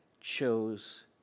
chose